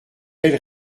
elle